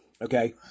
Okay